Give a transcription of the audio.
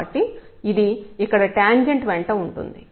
కాబట్టి ఇది ఇక్కడ టాంజెంట్ వెంట ఉంటుంది